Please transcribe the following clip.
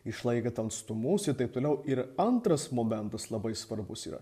išlaikant atstumus ir taip toliau ir antras momentas labai svarbus yra